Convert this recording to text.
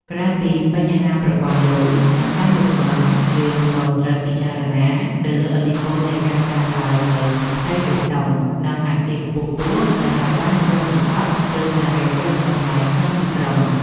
ក្រៅពីបញ្ហាប្រព័ន្ធលូ និងការលុបបឹង យើងក៏ត្រូវពិចារណាទៅលើឥទ្ធិពលនៃការកើនឡើងនូវផ្ទៃបេតុង និងអគារខ្ពស់ៗដែលបានគ្របដណ្តប់ស្ទើរតែគ្រប់កន្លែងក្នុងទីក្រុង។